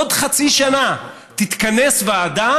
ועוד חצי שנה תתכנס ועדה